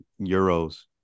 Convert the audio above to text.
Euros